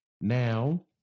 Now